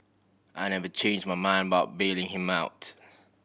I never change my mind about bailing him out